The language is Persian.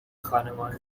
خانمان